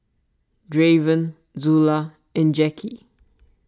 Draven Zula and Jackie